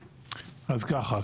(באמצעות מצגת) אז ככה,